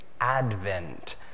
Advent